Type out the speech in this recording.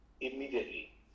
immediately